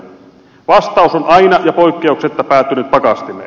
vastaus on aina ja poikkeuksetta päätynyt pakastimeen